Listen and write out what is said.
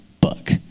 book